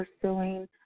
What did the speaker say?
pursuing